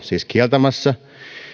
siis kieltämässä